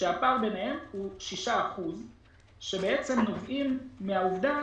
כשהפער ביניהם הוא 6% שבעצם נובעים מהעובדה